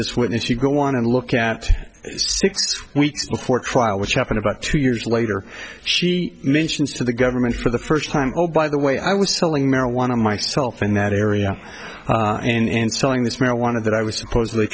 this witness you go on and look at six weeks before trial which happened about two years later she mentions to the government for the first time oh by the way i was selling marijuana myself in that area and selling this marijuana that i was supposedly